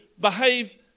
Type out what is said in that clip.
behave